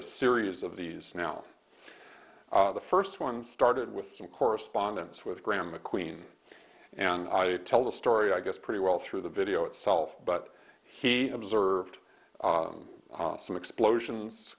a series of these now the first one started with some correspondence with graeme macqueen and i did tell the story i guess pretty well through the video itself but he observed some explosions